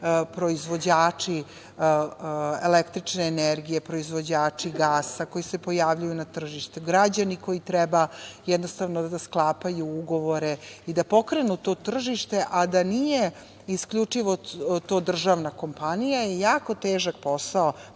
proizvođači električne energije, proizvođači gasa koji se pojavljuju na tržištu, građani koji treba jednostavno da sklapaju ugovore i da pokrenu to tržište, a da nije isključivo to državna kompanija je jako težak posao,